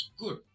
good